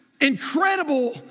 incredible